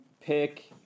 pick